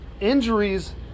injuries